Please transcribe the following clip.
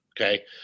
Okay